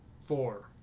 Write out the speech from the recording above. Four